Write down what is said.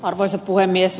arvoisa puhemies